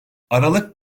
aralık